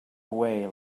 away